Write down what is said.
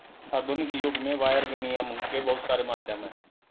आधुनिक युग में वायर विनियम के बहुत सारे माध्यम हैं